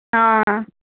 हां